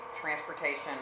transportation